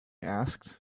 asked